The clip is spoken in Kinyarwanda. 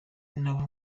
nawe